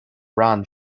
ran